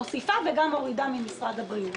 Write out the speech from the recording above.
מוסיפה וגם מורידה ממשרד הבריאות.